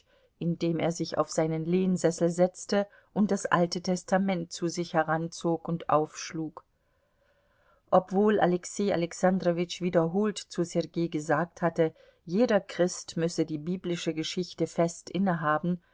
indem er sich auf seinen lehnsessel setzte und das alte testament zu sich heranzog und aufschlug obwohl alexei alexandrowitsch wiederholt zu sergei gesagt hatte jeder christ müsse die biblische geschichte fest innehaben